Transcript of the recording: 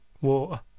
water